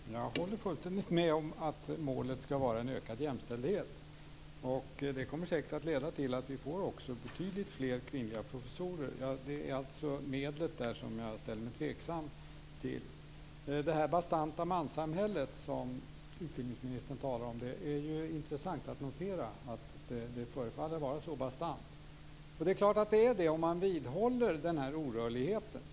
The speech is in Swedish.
Fru talman! Jag håller fullständigt med om att målet skall vara ökad jämställdhet. Det kommer säkert att leda till att vi får betydligt fler kvinnliga professorer. Det är alltså medlet som jag ställer mig tveksam till. Utbildningsministern talar om det bastanta manssamhället, och det är intressant att notera att det förefaller vara så bastant. Det är klart att det är det om man vidhåller den här orörligheten.